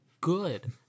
good